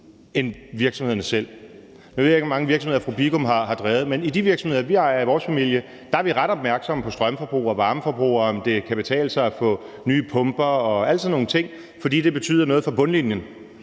end virksomhederne selv. Nu ved jeg ikke, hvor mange virksomheder fru Marianne Bigum har drevet, men i de virksomheder, vi ejer i vores familie, er vi ret opmærksomme på strømforbrug og varmeforbrug, og om det kan betale sig at få nye pumper og alle sådan nogle ting, fordi det betyder noget for bundlinjen.